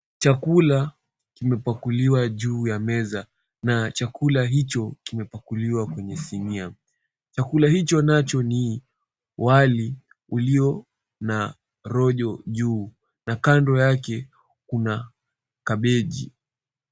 Chakula kimepakuliwa juu ya meza na chakula hicho kimepakuliwa kwenye sinia, chakula hicho nacho ni wali ulio na rojo juu na kando yake kuna kabeji.